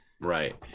Right